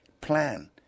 plan